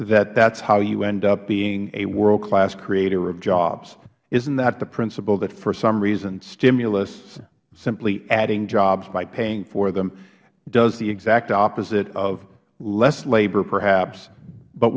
that is how you end up being a world class creator of jobs isn't that the principle that for some reason stimulus simply adding jobs by paying for them does the exact opposite of less labor perhaps but